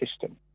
system